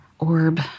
orb